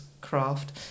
craft